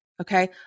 Okay